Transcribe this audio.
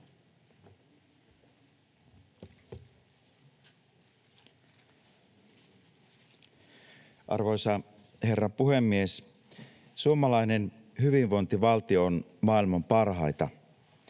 Arvoisa herra puhemies! Suomalainen hyvinvointivaltio on maailman parhaita.